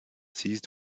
seized